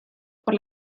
por